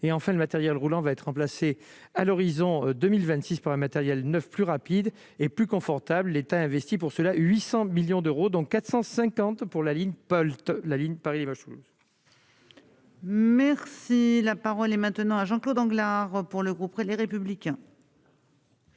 et enfin le matériel roulant, va être remplacé à l'horizon 2026 pour un matériel 9, plus rapides et plus confortables, l'État investit pour cela 800 millions d'euros, dont 450 pour la ligne Polt la ligne Paris-Match. Merci, la parole est maintenant à Jean-Claude pour le groupe Les Républicains.